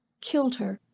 killed her,